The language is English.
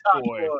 boy